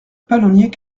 palonnier